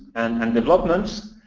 and and developments.